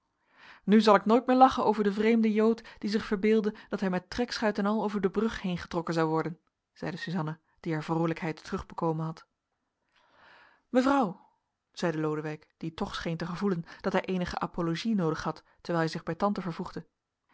nu zal ik nooit meer lachen over den vreemden jood die zich verbeeldde dat hij met trekschuit en al over de brug heen getrokken zou worden zeide suzanna die haar vroolijkheid terugbekomen had mevrouw zeide lodewijk die toch scheen te gevoelen dat hij eenige apologie noodig had terwijl hij zich bij tante vervoegde